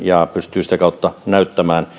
ja pystyy sitä kautta näyttämään